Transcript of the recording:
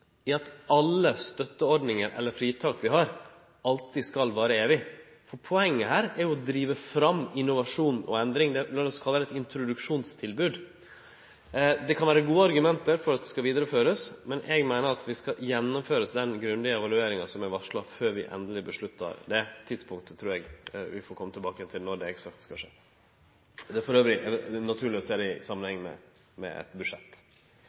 i at alle støtteordningar eller fritak vi har, alltid skal vare evig. Poenget her er å drive fram innovasjon og endring – lat oss kalle det eit introduksjonstilbod. Det kan vere gode argument for å halde fram med ordninga, men eg meiner at vi skal gjennomføre den grundige evalueringa som er varsla, før vi tek ei endeleg avgjerd om det. Eksakt tidspunkt for når det skal skje, trur eg vi får kome tilbake til. Det er for øvrig naturleg å se det i samanheng med eit budsjett.